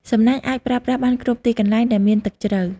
សំណាញ់អាចប្រើប្រាស់បានគ្រប់ទីកន្លែងដែលមានទឹកជ្រៅ។